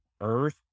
earth